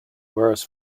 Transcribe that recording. whereas